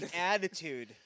attitude